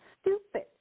stupid